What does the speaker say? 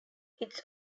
its